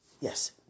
Yes